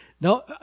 no